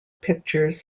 pictures